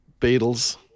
Beatles